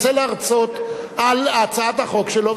רוצה להרצות על הצעת החוק שלו,